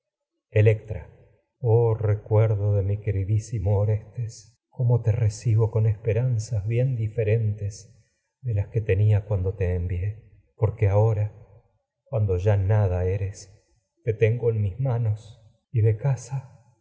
recuerdo de mi queridísimo orestes con te esperanzas cómo te recibo que bien diferentes ahora de las ya tenía eres cuando te envié porque mis manos y cuando ay nada tengo en de casa